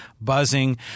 buzzing